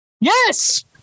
Yes